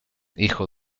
hijo